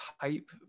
type